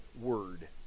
word